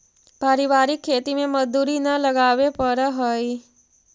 पारिवारिक खेती में मजदूरी न लगावे पड़ऽ हइ